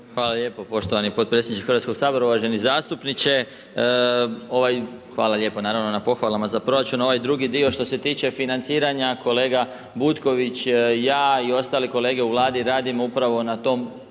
Hvala lijepo, poštovani potpredsjedniče Hrvatskoga sabora. Uvaženi zastupniče, hvala lijepa naravno na pohvalama na proračun a ovaj drugi dio što se tiče financiranja, kolega Butković, ja i ostali kolege u Vladi radimo upravo na tom